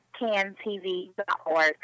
cantv.org